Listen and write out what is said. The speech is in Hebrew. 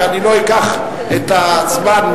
ואני לא אקח את הזמן,